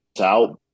out